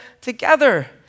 together